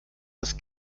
das